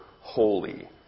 holy